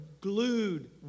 glued